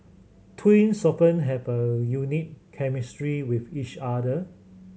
twins often have a unique chemistry with each other